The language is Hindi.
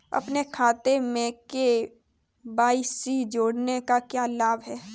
अपने खाते में के.वाई.सी जोड़ने का क्या लाभ है?